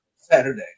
Saturday